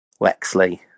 wexley